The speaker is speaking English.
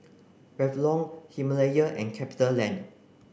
Revlon Himalaya and CapitaLand